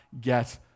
get